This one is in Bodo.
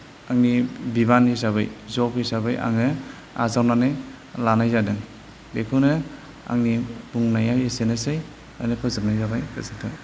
आंनि बिबान हिसाबै जब हिसाबै आङो आजावनानै लानाय जादों बेखौनो आंनि बुंनाया एसेनोसै बेयावनो फोजोबनाय जाबाय गोजोन्थों